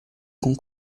com